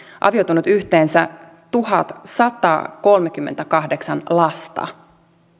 avioitunut yhteensä tuhatsatakolmekymmentäkahdeksan lasta